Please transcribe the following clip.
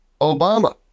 Obama